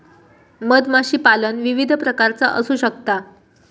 मधमाशीपालन विविध प्रकारचा असू शकता